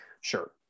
Sure